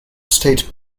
state